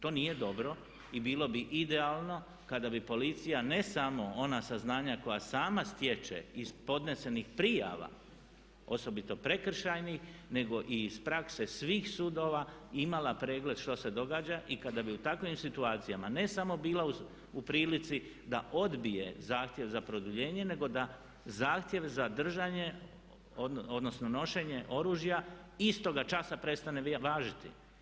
To nije dobro i bilo bi idealno kada bi policija ne samo ona saznanja koja sama stječe iz podnesenih prijava osobito prekršajnih, nego i iz prakse svih sudova imala pregled što se događa i kada bi u takvim situacijama ne samo bila u prilici da odbije zahtjev za produljenje, nego da zahtjev za držanje odnosno nošenje oružja istoga časa prestane važiti.